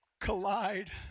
collide